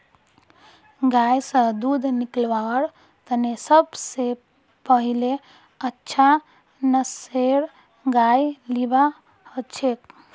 गाय स दूध निकलव्वार तने सब स पहिले अच्छा नस्लेर गाय लिबा हछेक